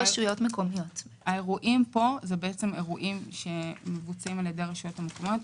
האירועים פה מבוצעים על-ידי הרשויות המקומיות.